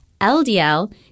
LDL